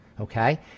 okay